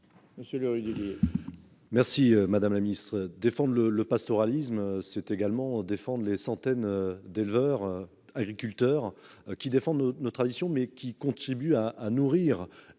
Merci, madame la Ministre défendent le le pastoralisme c'est également défendent les centaines d'éleveurs, agriculteurs qui défendent nos traditions mais qui contribuent à à nourrir